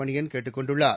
மணியன் கேட்டுக் கொண்டுள்ளார்